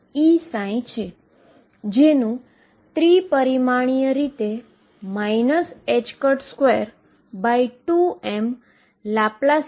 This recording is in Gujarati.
તેથી f x ઝડપથી વધવું જોઈએ નહીં